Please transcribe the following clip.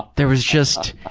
there was just.